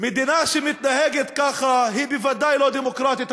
מדינה שמתנהגת ככה היא בוודאי לא דמוקרטית.